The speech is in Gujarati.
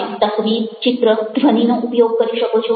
તમે તસવીર ચિત્ર ધ્વનિનો ઉપયોગ કરી શકો છો